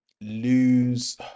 lose